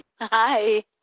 Hi